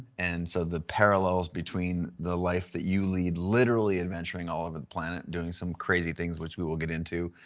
and so the parallels between the life that you lead literally adventuring all over the planet doing some crazy things that we will get into,